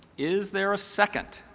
is there a second?